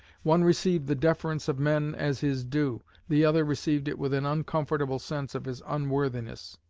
one received the deference of men as his due the other received it with an uncomfortable sense of his unworthiness.